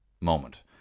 moment